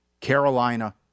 Carolina